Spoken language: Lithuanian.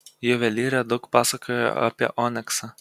juvelyrė daug pasakojo apie oniksą